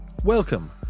Welcome